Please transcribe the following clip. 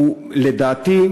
לדעתי,